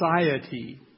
society